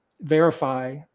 verify